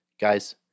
Guys